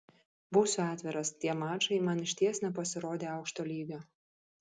būsiu atviras tie mačai man išties nepasirodė aukšto lygio